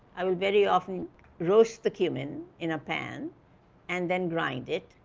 i'll very often roast the cumin in a pan and then grind it.